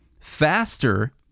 faster